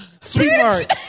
Sweetheart